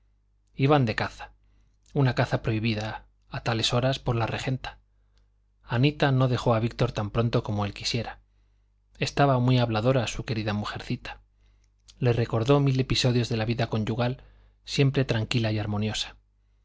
iban de caza una caza prohibida a tales horas por la regenta anita no dejó a víctor tan pronto como él quisiera estaba muy habladora su querida mujercita le recordó mil episodios de la vida conyugal siempre tranquila y armoniosa